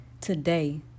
Today